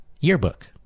yearbook